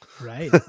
Right